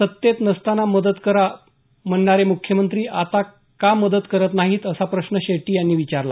सत्तेत नसताना मदत करा म्हणणारे मुख्यमंत्री आता का मदत करत नाहीत असा प्रश्न शेट्टी यांनी विचारला